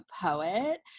poet